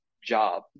job